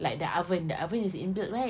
like the oven the oven is in-built right